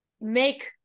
make